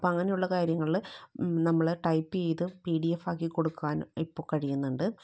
അപ്പം അങ്ങനെയുള്ള കാര്യങ്ങളിൽ നമ്മൾ ടൈപ്പ് ചെയ്ത് പി ഡി എഫ് ആക്കി കൊടുക്കാൻ ഇപ്പോൾ കഴിയുന്നുണ്ട്